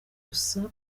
gusa